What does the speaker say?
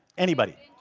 anybody?